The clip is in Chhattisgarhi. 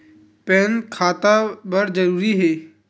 पैन खाता बर जरूरी हे?